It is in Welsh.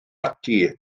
ati